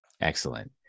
Excellent